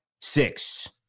six